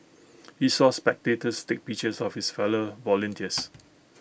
he saw spectators take pictures of his fellow volunteers